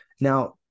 Now